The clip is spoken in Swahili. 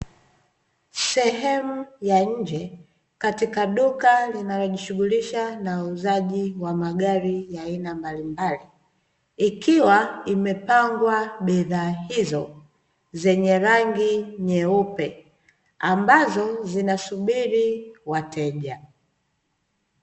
Sehemu ya nje katika duka linalojishughulisha na uuzaji wa magari ya aina mbalimbali, ikiwa imepangwa bidhaa hizo, zenye rangi nyeupe ambazo zinasubiri wateja.